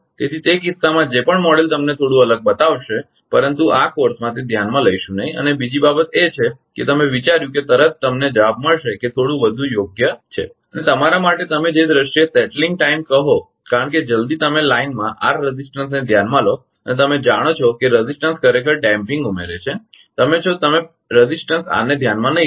તેથી તે કિસ્સામાં જે પણ મોડેલ તમને થોડું અલગ બતાવશે પરંતુ આ કોર્સમાં તે ધ્યાનમાં લઇશું નહીં અને બીજી બાબત એ છે કે તમે વિચાર્યું કે તરત તમને જવાબ મળશે તે થોડું વધુ યોગ્ય છે અને તમારા માટે તમે જે દ્રષ્ટિએ સેટલીંગ ટાઇમ કહો કારણ કે જલદી તમે લાઇનમાં આર રેઝિસ્ટંસને ધ્યાનમાં લો અને તમે જાણો છો કે પ્રતિકાર ખરેખર ડેમપીંગ ઉમેરે છે તમે છો તમે પ્રતિકાર r ને ધ્યાનમાં નહીં લો